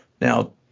Now